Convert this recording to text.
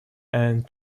and